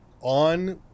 on